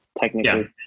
technically